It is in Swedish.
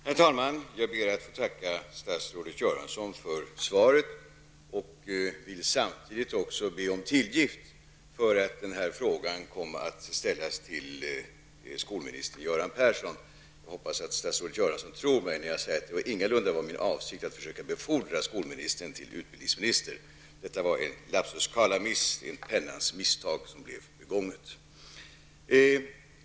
Herr talman! Jag ber att få tacka statsrådet Göransson för svaret och vill samtidigt be om tillgift för att den här frågan kom att ställas till skolminister Göran Persson. Jag hoppas att statsrådet Göransson tror mig när jag säger att det ingalunda var min avsikt att försöka befordra skolministern till utbildningsminister. Detta var en lapsus calami, ett pennans misstag som blev begånget.